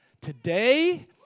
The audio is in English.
Today